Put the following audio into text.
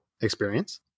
experience